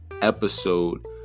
episode